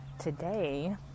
today